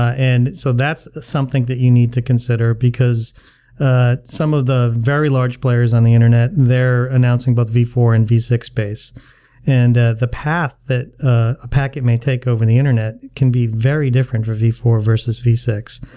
and so that's something that you need to consider because ah some of the very large players on the internet, they're announcing both v four and v six space and the the path that a packet may take over the internet can be very different for a v four versus v six.